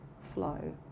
flow